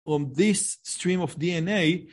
from this stream of DNA